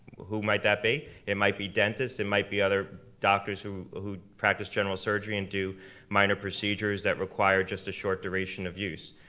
who might that be? it might be dentists, it might be other doctors who who practice general surgery and do minor procedures that require just a short duration of use.